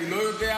אני לא יודע.